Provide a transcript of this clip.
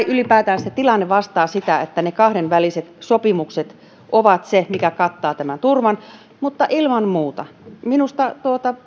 ylipäätään tilanne vastaa sitä että ne kahdenväliset sopimukset ovat se mikä kattaa tämän turvan mutta ilman muuta minusta